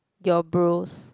your bros